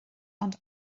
ond